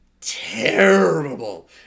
terrible